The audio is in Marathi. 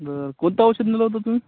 बर कोणतं औषध नेलं होतं तुम्ही